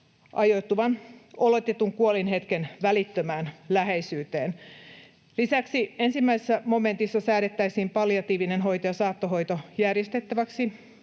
ajoittuvan oletetun kuolinhetken välittömään läheisyyteen. Lisäksi 1 momentissa säädettäisiin palliatiivinen hoito ja saattohoito järjestettäväksi